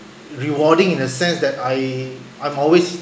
rewarding in a sense that I I've always